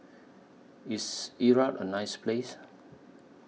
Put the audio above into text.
IS Iraq A nice Place